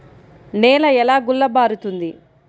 నేల ఎలా గుల్లబారుతుంది?